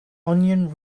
onion